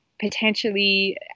potentially